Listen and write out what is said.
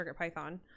CircuitPython